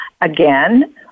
again